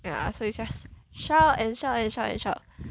ya so you just shout and shout and shout